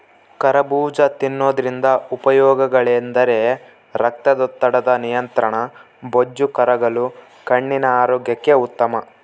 ಕರಬೂಜ ತಿನ್ನೋದ್ರಿಂದ ಉಪಯೋಗಗಳೆಂದರೆ ರಕ್ತದೊತ್ತಡದ ನಿಯಂತ್ರಣ, ಬೊಜ್ಜು ಕರಗಲು, ಕಣ್ಣಿನ ಆರೋಗ್ಯಕ್ಕೆ ಉತ್ತಮ